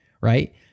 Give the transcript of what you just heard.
right